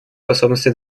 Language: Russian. способности